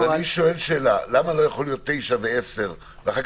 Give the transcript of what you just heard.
אני שואל למה לא יכולים להיות סעיפים (9) ו-(10) ואחר